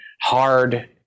hard